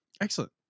excellent